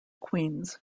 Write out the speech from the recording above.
queens